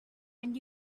and